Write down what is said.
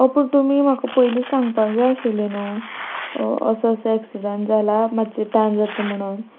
हय पूण तुमी म्हाका पयलीं सांगपाक जाय आशिल्लें न्हू असो असो एक्सिडेंट जाला मातशें टायम जातलो म्हणोन